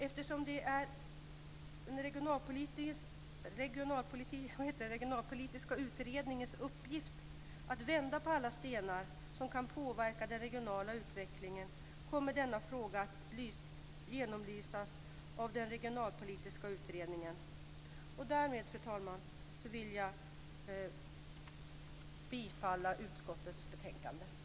Eftersom det är Regionalpolitiska utredningens uppgift att vända på alla stenar som kan påverka den regionala utvecklingen kommer denna fråga att genomlysas av Därmed, fru talman, vill jag yrka bifall till utskottets hemställan.